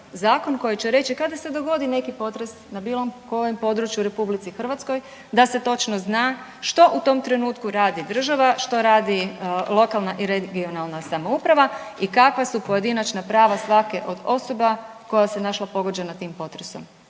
zakon koji će reći kada se dogodi neki potres na bilo kojem području u RH da se točno zna što u tom trenutku radi država, što radi lokalna i regionalna samouprava i kakva su pojedinačna prava svake od osoba koja se našla pogođena tim potresom.